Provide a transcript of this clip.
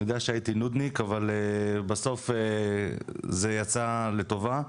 אני יודע שהייתי נודניק אבל בסוף זה יצא לטובה.